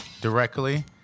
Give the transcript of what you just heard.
directly